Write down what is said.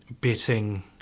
betting